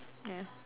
mm